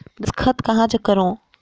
दस्खत कहा जग करो?